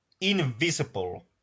invisible